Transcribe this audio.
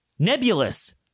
Nebulous